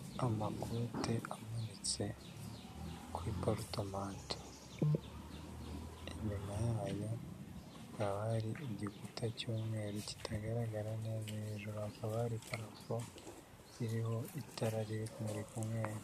Amakote amanitse kuri porotomanto, inyuma yayo hakaba hari igikuta cy'umweru kitagaragara neza, hejuru hakaba hari parafo iriho itara riri kumurika umweru.